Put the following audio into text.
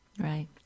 Right